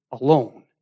alone